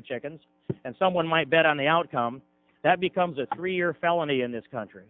two chickens and someone might bet on the outcome that becomes a three year felony in this country